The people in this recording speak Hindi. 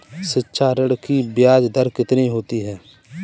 शिक्षा ऋण की ब्याज दर कितनी होती है?